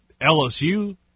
LSU